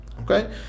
Okay